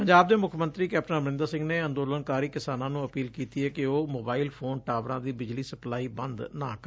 ਪੰਜਾਬ ਦੇ ਮੁੱਖ ਮੰਤਰੀ ਕੈਪਟਨ ਅਮਰਿੰਦਰ ਸਿੰਘ ਨੇ ਅੰਦੋਲਨਕਾਰੀ ਕਿਸਾਨਾਂ ਨੂੰ ਅਪੀਲ ਕੀਤੀ ਏ ਕਿ ਉਹ ਮੋਬਾਇਲ ਫੋਨ ਟਾਵਰਾਂ ਦੀ ਬਿਜਲੀ ਸਪਲਾਈ ਬੰਦ ਨਾ ਕਰਨ